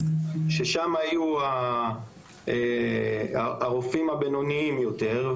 ששם יהיו הרופאים הבינוניים יותר.